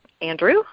Andrew